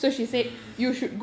mm